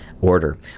order